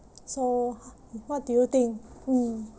so what do you think mm